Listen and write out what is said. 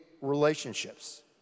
relationships